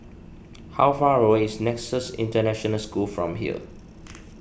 how far away is Nexus International School from here